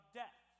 death